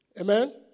Amen